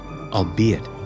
albeit